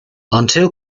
until